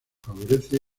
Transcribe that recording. favorece